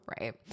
right